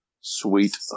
sweet